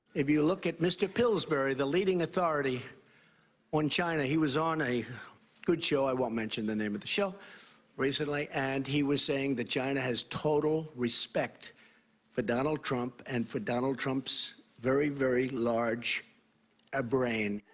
if you look at mr. pillsbury, the leading leading authority on china, he was on a good show i won't mention the name of the show recently. and he was saying that china has total respect for donald trump and for donald trump's very, very large a-brain.